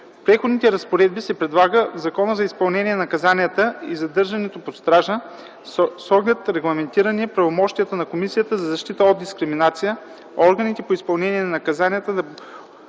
Преходните разпоредби се предлага в Закона за изпълнение на наказанията и задържането под стража, с оглед регламентиране правомощията на Комисията за защита от дискриминация, органите по изпълнение на наказанията да